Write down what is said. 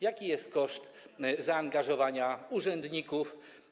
Jaki jest koszt zaangażowania urzędników?